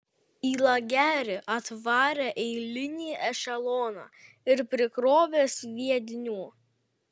į lagerį atvarė eilinį ešeloną ir prikrovė sviedinių